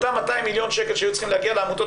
אותם 200 מיליון שקל שהיו צריכים להגיע לעמותות